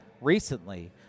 recently